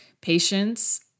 patience